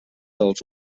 dels